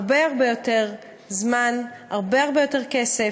הרבה הרבה יותר זמן, הרבה הרבה יותר כסף.